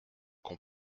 qu’on